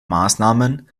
maßnahmen